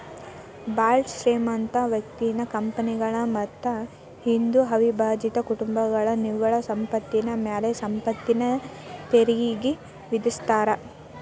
ಭಾಳ್ ಶ್ರೇಮಂತ ವ್ಯಕ್ತಿಗಳ ಕಂಪನಿಗಳ ಮತ್ತ ಹಿಂದೂ ಅವಿಭಜಿತ ಕುಟುಂಬಗಳ ನಿವ್ವಳ ಸಂಪತ್ತಿನ ಮ್ಯಾಲೆ ಸಂಪತ್ತಿನ ತೆರಿಗಿ ವಿಧಿಸ್ತಾರಾ